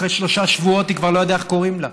אחרי שלושה שבועות היא כבר לא ידעה איך קוראים לה.